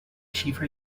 xifra